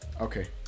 Okay